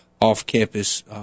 off-campus